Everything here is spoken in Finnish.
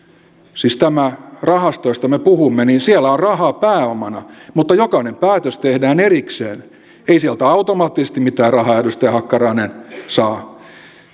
siis tässä rahastossa josta me puhumme on rahaa pääomana mutta jokainen päätös tehdään erikseen ei sieltä automaattisesti mitään rahaa edustaja hakkarainen saa